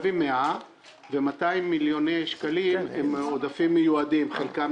200 מיליון שקל הם עודפים מיועדים חלקם